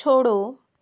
छोड़ो